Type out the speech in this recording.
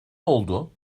oldu